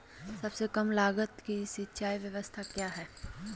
सबसे कम लगत की सिंचाई ब्यास्ता क्या है?